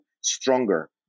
stronger